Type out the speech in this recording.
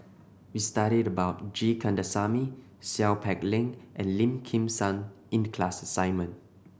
we studied about G Kandasamy Seow Peck Leng and Lim Kim San in the class assignment